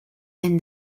and